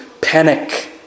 panic